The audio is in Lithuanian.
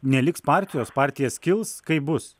neliks partijos partija skils kaip bus